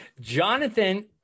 Jonathan